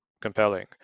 compelling